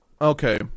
Okay